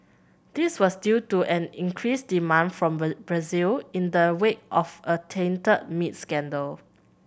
this was due to an increased demand from Brazil in the wake of a tainted meat scandal